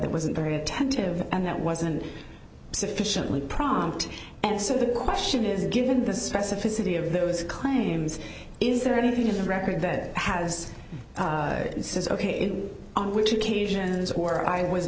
that wasn't very attentive and that wasn't sufficiently prompt and so the question is given the specificity of those claims is there anything in the record that has and says ok in which occasions or i was